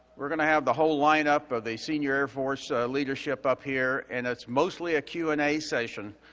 we're gonna have the whole lineup of the senior air force leadership up here. and, it's mostly a q and a session,